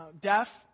deaf